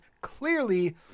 clearly